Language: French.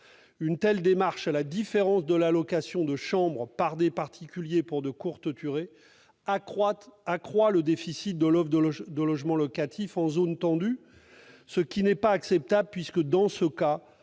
Une telle démarche, à la différence de la location de chambres par des particuliers pour de courtes durées, accroît le déficit de l'offre de logements locatifs en zone tendue. Ce n'est pas acceptable puisque, dans ce cas,